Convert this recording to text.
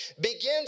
begins